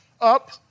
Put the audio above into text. up